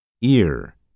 EAR